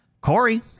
Corey